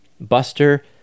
Buster